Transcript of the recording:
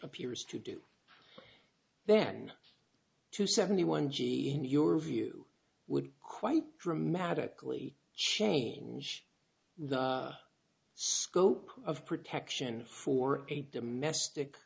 appears to do then to seventy one g in your view would quite dramatically change the scope of protection for a domestic